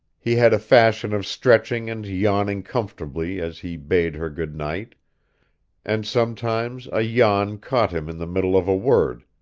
he had a fashion of stretching and yawning comfortably as he bade her good night and sometimes a yawn caught him in the middle of a word,